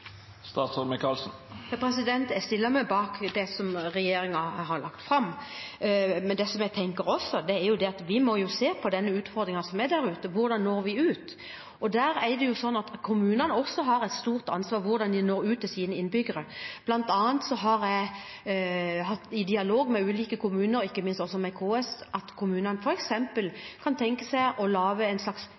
Jeg stiller meg bak det regjeringen har lagt fram, men jeg tenker også at vi må se på utfordringen. Hvordan når vi ut? Kommunene har også et stort ansvar for hvordan de når ut til sine innbyggere. Blant annet har jeg hatt en dialog med ulike kommuner, og ikke minst med KS, om at kommunene f.eks. kan lage en slags telefonkatalog med de viktigste telefonnumrene på papir, for bare det er en